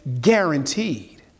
guaranteed